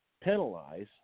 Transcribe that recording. penalize